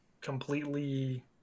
completely